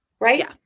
Right